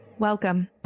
Welcome